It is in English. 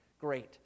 great